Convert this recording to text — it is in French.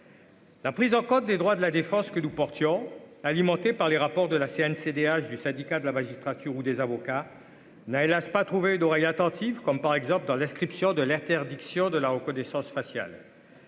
La prise en compte des droits de la défense que nous portions alimentée par les rapports de la Cncdh, du syndicat de la magistrature ou des avocats n'a hélas pas trouvé une oreille attentive, comme par exemple dans l'inscription de l'interdiction de la reconnaissance faciale,